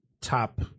top